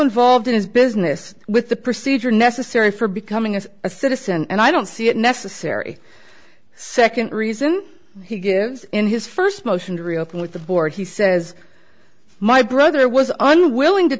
involved in his business with the procedure necessary for becoming as a citizen and i don't see it necessary second reason he gives in his first motion to reopen with the board he says my brother was unwilling to